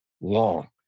long